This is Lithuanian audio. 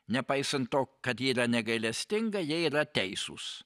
nepaisant to kad yra negailestinga jie yra teisūs